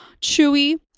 Chewy